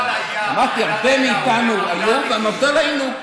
אמרתי שהרבה מאיתנו היו והמפד"ל היו.